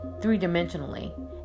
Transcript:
three-dimensionally